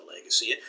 legacy